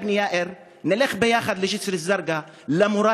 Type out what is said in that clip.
יא אבני יאיר,